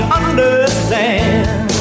understand